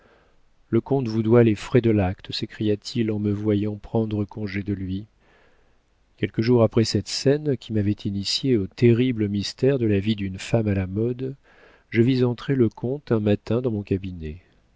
le comte vous doit les frais de l'acte s'écria-t-il en me voyant prendre congé de lui quelques jours après cette scène qui m'avait initié aux terribles mystères de la vie d'une femme à la mode je vis entrer le comte un matin dans mon cabinet